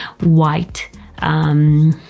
white